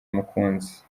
mukunzi